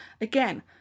Again